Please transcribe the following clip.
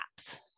apps